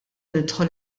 nidħol